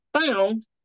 found